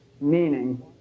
meaning